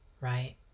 right